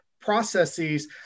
processes